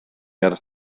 arnat